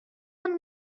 and